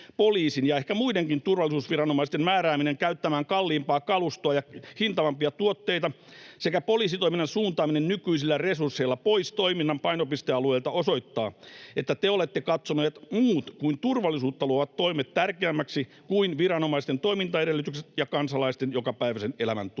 poliisin ja ehkä muidenkin turvallisuusviranomaisten määrääminen käyttämään kalliimpaa kalustoa ja hintavampia tuotteita sekä poliisitoiminnan suuntaaminen nykyisillä resursseilla pois toiminnan painopistealueilta osoittaa, että te olette katsoneet muut kuin turvallisuutta luovat toimet tärkeämmiksi kuin viranomaisten toimintaedellytykset ja kansalaisten jokapäiväisen elämän